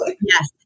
Yes